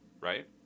right